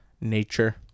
Nature